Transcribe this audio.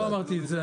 לא אמרתי את זה,